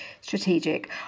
strategic